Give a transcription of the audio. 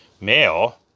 male